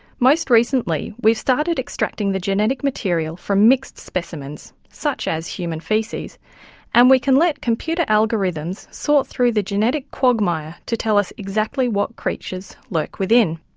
most recently we started extracting the genetic material from mixed specimens such as human faeces and we can let computer algorithms sort through the genetic quagmire to tell us exactly what creatures lurk within.